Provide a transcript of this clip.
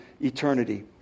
eternity